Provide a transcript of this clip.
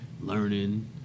learning